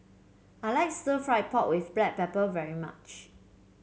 I like Stir Fried Pork with Black Pepper very much